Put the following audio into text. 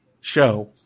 show